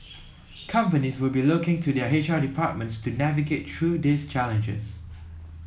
companies will be looking to their H R departments to navigate through these challenges